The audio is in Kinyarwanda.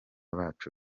bacu